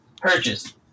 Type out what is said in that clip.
Purchase